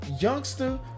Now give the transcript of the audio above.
youngster